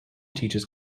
teaches